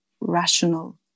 rational